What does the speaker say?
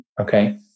Okay